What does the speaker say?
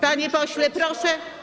Panie pośle, proszę.